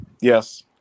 Yes